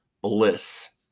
Bliss